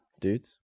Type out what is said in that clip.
dudes